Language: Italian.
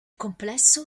complesso